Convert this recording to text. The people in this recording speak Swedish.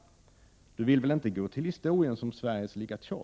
Statsministern vill väl inte gå till historien som Sveriges Ligatjov.